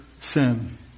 sin